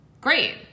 great